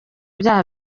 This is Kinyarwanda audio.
byaha